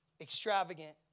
extravagant